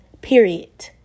period